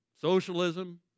socialism